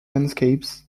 landscapes